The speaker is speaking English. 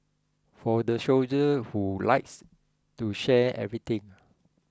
for the soldier who likes to share everything